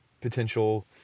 potential